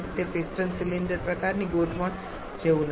તે piston cylinder પ્રકારની ગોઠવણ જેવું નથી